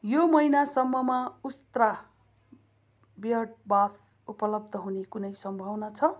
यो महिनासम्ममा उस्त्रा बियड बास उपलब्ध हुने कुनै सम्भावना छ